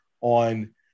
on